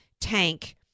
tank